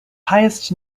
highest